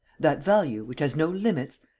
that value, which has no limits,